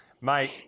Mate